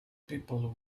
people